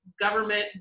Government